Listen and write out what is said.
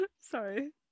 Sorry